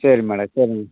சரி மேடம் சரிங்